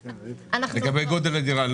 לגבי גודל הדירה,